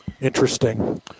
Interesting